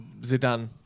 Zidane